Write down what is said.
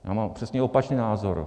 Ano, přesně opačný názor.